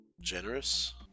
Generous